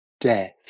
death